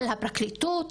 על הפרקליטות,